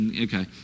Okay